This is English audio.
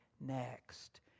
next